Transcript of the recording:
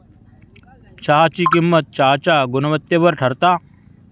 चहाची किंमत चहाच्या गुणवत्तेवर ठरता